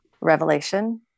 revelation